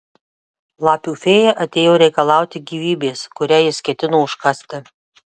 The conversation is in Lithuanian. lapių fėja atėjo reikalauti gyvybės kurią jis ketino užkasti